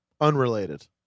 Unrelated